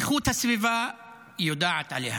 באיכות הסביבה יודעת עליה,